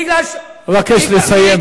ללא, אבקש לסיים.